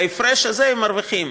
את ההפרש הזה הם מרוויחים.